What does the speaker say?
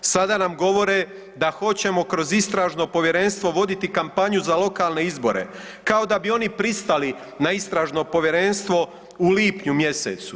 Sada nam govore da hoćemo kroz Istražno povjerenstvo voditi kampanju za lokalne izbore kao da bi oni pristali na Istražno povjerenstvo u lipnju mjesecu.